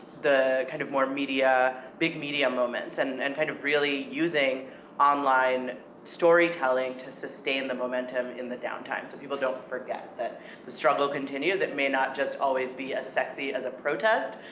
the kind of more media, big media moments, and and kind of really using online storytelling to sustain the moment um in the down time, so people don't forget that the struggle continues. it may not just always be as sexy as a protest.